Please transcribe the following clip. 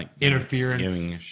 Interference